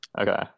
okay